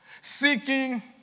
seeking